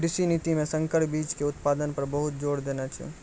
कृषि नीति मॅ संकर बीच के उत्पादन पर बहुत जोर देने छै